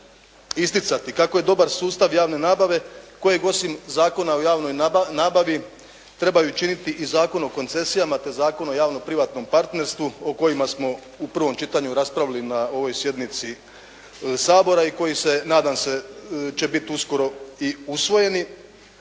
kako je dobar sustav javne nabave kojeg osim Zakona o javnoj nabavi trebaju činiti i Zakon o koncesijama, te Zakon o javno-privatnom partnerstvu o kojima smo u prvom čitanju raspravili na ovoj sjednici Sabora i koji se nadam se će biti uskoro i usvojeni,